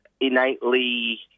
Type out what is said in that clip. innately